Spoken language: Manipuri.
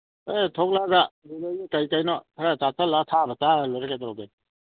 ꯑꯦ ꯊꯣꯛꯂꯛꯑꯒ ꯀꯩꯀꯩꯅꯣ ꯈꯔ ꯆꯥꯁꯤꯜꯂ ꯑꯁꯥꯕ ꯆꯥꯔ ꯂꯣꯏꯔꯦ ꯀꯩꯗꯧꯔꯒꯦ